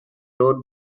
road